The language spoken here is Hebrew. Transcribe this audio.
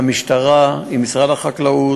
למשטרה עם משרד החקלאות,